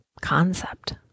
concept